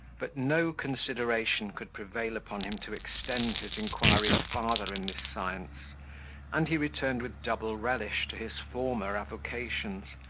but no consideration could prevail upon him to extend his inquiries farther in this science and he returned with double relish to his former avocations,